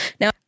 Now